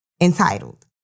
entitled